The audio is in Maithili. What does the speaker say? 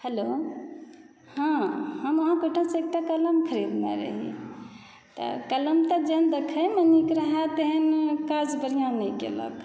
हेलो हँ हम अहाँकऽ ओहिठामसँ एकटा कलम खरीदने रही तऽ कलम तऽ जेहेन देखयमे निक रहय तहन काज बढ़िआँ नहि केलक